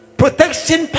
protection